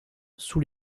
sous